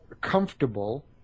comfortable